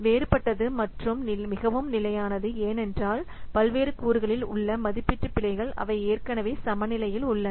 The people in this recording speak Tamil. வேறுபட்டது மற்றும் மிகவும் நிலையானது ஏனென்றால் பல்வேறு கூறுகளில் உள்ள மதிப்பீட்டு பிழைகள் அவை ஏற்கனவே சமநிலையில உள்ளன